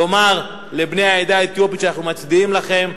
לומר לבני העדה האתיופית: אנחנו מצדיעים לכם,